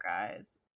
guys